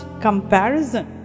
comparison